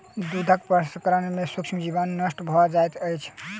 दूधक प्रसंस्करण में सूक्ष्म जीवाणु नष्ट भ जाइत अछि